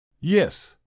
Yes